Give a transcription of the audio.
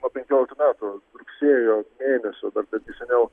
nuo penkioliktų metų rugsėjo mėnesio dar netgi seniau